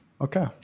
Okay